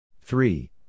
three